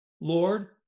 Lord